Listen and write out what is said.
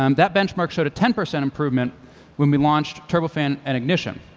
um that benchmark showed a ten percent improvement when we launched turbofan and ignition.